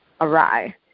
awry